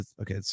Okay